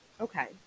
Okay